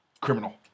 criminal